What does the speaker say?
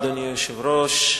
אדוני היושב-ראש,